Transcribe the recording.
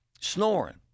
snoring